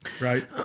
right